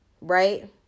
right